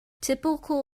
typical